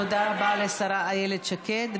תודה רבה לשרה איילת שקד.